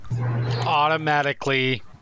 automatically